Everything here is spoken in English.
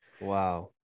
wow